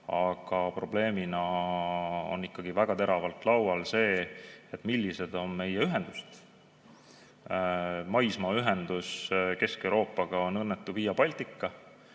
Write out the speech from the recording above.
aga probleemina on väga teravalt laual see, millised on meie ühendused. Maismaaühendus Kesk-Euroopaga on õnnetu Via Baltica.